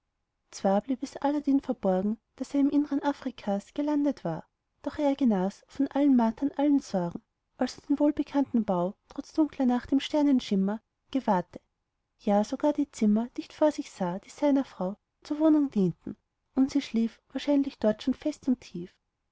zwar blieb es aladdin verborgen daß er im innern afrikas gelandet war doch er genas von allen martern allen sorgen als er den wohlbekannten bau trotz dunkler nacht im sternenschimmer gewahrte ja sogar die zimmer dicht vor sich sah die seiner frau zur wohnung dienten und sie schlief wahrscheinlich dort schon fest und tief